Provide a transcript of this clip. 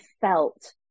felt